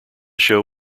show